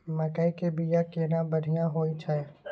मकई के बीया केना बढ़िया होय छै?